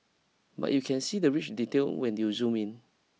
but you can see the rich detail when you zoom in